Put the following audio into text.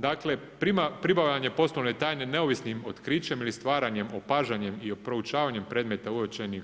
Dakle, pribavljanje poslovne tajne neovisnim otkrićem, opažanjem i proučavanjem predmeta uočenih,